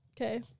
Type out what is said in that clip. Okay